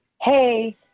Hey